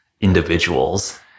individuals